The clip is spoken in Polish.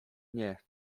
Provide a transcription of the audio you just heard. nie